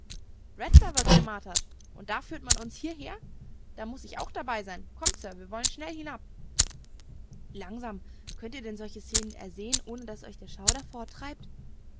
rattler wird gemartert und da führt man uns hierher da muß ich auch dabei sein kommt sir wir wollen schnell hinab langsam könnt ihr denn solche szenen ersehen ohne daß euch der schauder